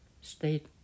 state